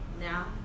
now